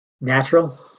natural